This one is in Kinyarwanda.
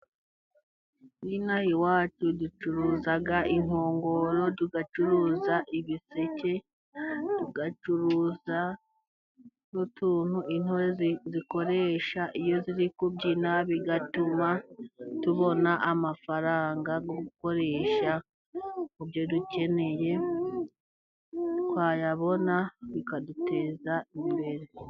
Inaha iwacu ducuruza inkongoro, tugacuruza ibiseke, tugacuruza n'utuntu intore zikoresha iyo ziri kubyina, bigatuma tubona amafaranga yo gukoresha mu byo dukeneye, twayabona bikaduteza imbere.